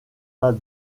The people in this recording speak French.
pas